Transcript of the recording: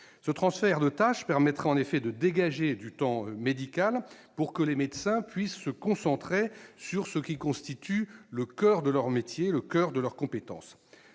Ce transfert de tâches permettrait de dégager du temps médical, afin que les médecins puissent se recentrer sur ce qui constitue le coeur de leur métier, le coeur de leur compétence.